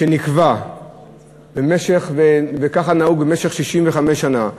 שנקבע וככה נהוג במשך 65 שנה,